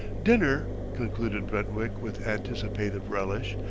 dinner, concluded brentwick with anticipative relish,